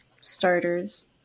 starters